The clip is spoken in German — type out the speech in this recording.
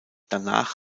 danach